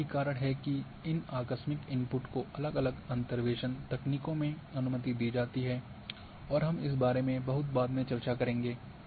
और यही कारण है कि इन आकस्मिक इनपुट को अलग अलग अंतर्वेसन तकनीकों में अनुमति दी जाती है और हम इस बारे में बहुत बाद में चर्चा करेंगे